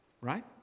Right